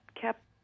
kept